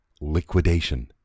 liquidation